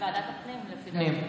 לוועדת הפנים, לפי דעתי.